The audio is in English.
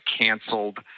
canceled